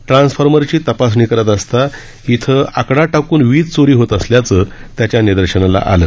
ट्रान्सफॉर्मरची तपासणी करत असता इथं आकडा टाकून वीज चोरी होत असल्याचं त्यांच्या निदर्शनाला आलं